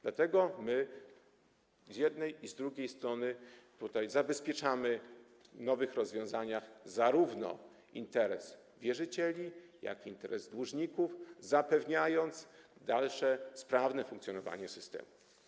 Dlatego my z jednej i z drugiej strony zabezpieczamy w nowych rozwiązaniach zarówno interes wierzycieli, jak i interes dłużników, zapewniając dalsze sprawne funkcjonowanie systemu.